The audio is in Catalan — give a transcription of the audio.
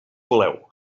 voleu